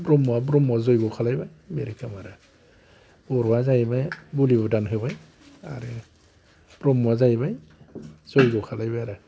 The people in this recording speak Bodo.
ब्रह्मआ ब्रह्म जयग' खालायबाय बे रोखोम आरो बर'आ जाहैबाय बुलि बुदान होबाय आरो ब्रह्मआ जाहैबाय जयग खालायबाय आरो